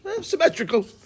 Symmetrical